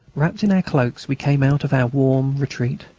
wrapped in our cloaks, we came out of our warm retreat.